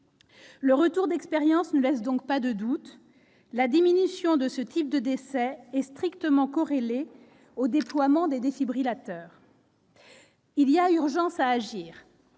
Le retour d'expérience ne laisse donc pas de doute, la diminution de ce type de décès est strictement corrélée au déploiement des défibrillateurs. Il y a urgence à agir.